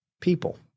people